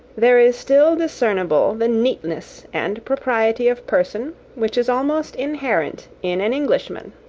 there is still discernible that neatness and propriety of person which is almost inherent in an englishman.